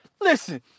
Listen